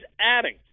adding